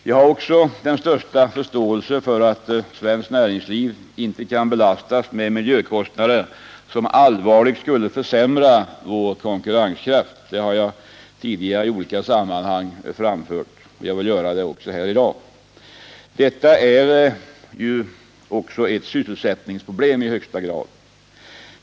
Jag har också den största förståelse för att svenskt näringsliv inte kan belastas med miljökostnader som allvarligt skulle försämra vår konkurrenskraft — jag har framfört detta tidigare i olika sammanhang, och jag vill göra det också här i dag — liksom att det i högsta grad handlar om ett sysselsättningsproblem.